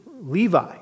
Levi